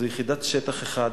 זו יחידת שטח אחת.